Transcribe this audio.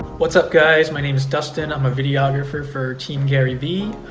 what's up guys, my name is dustin, i'm a videographer for team garyvee.